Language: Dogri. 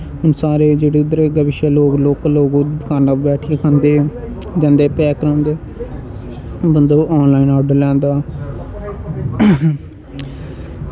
हून सारे जेह्ड़े इद्धर अग्गें पिच्छे लोग लोकल लोग दकान्ना बैठियै खंदे बंदे पैक करांदे बंदा आनलाईन आर्डर लैंदा